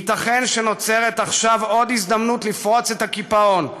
ייתכן שנוצרת עכשיו עוד הזדמנות לפרוץ את הקיפאון.